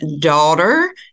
daughter